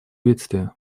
бедствия